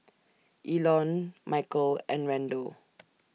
Elon Michale and Randle